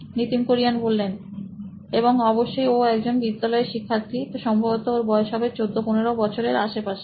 Nitin Kurian C O O নোইন electronics এবং অবশ্যই ও একজন বিদ্যালয়ের শিক্ষার্থী তো সম্ভবত ওর বয়স হবে 14 15 বছরের আশেপাশে